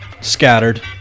scattered